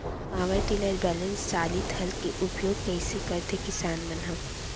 Power tiller बैलेंस चालित हल के उपयोग कइसे करथें किसान मन ह?